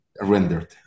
rendered